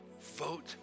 Vote